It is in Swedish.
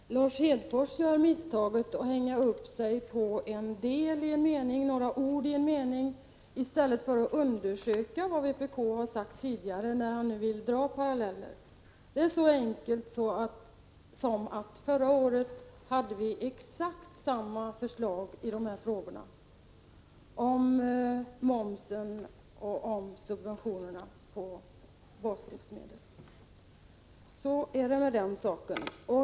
Herr talman! Lars Hedfors gör misstaget att hänga upp sig på några ord i en mening i stället för att undersöka vad vpk har sagt tidigare, när han nu vill dra en sådan parallell. Förra året hade vi exakt samma förslag i fråga om momsen och i fråga om subventionerna på baslivsmedel — så är det med den saken.